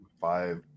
Five